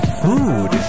food